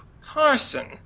Carson